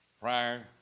prior